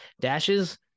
Dashes